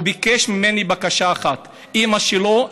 הוא ביקש ממני בקשה אחת: אימא שלו,